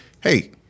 Hey